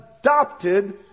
adopted